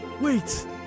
Wait